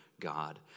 God